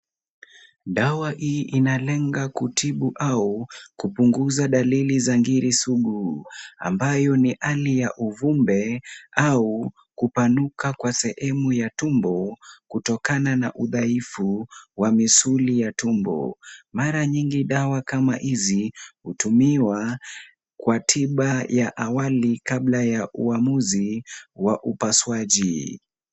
Dawa hii inalenga kutibu au kupunguza dalili za ngiri sugu, ambayo ni hali ya uvumbe au kupanuka kwa sehemu ya tumbo kutokana na udhaifu wa misuli ya tumbo. Mara mingi dawa kama hizi hutumiwa kwa tiba ya awali kabla ya uamuzi wa upasuaji.